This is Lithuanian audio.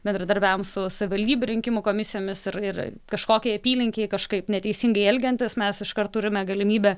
bendradarbiavom su savivaldybių rinkimų komisijomis ir ir kažkokiai apylinkei kažkaip neteisingai elgiantis mes iškart turime galimybę